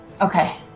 Okay